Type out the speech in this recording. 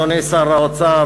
אדוני שר האוצר,